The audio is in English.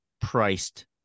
priced